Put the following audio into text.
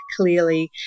clearly